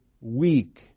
weak